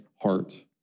heart